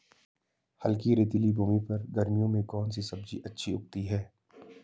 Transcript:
हल्की रेतीली भूमि पर गर्मियों में कौन सी सब्जी अच्छी उगती है?